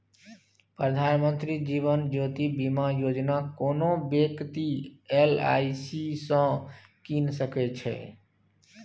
प्रधानमंत्री जीबन ज्योती बीमा योजना कोनो बेकती एल.आइ.सी सँ कीन सकै छै